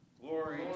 Glory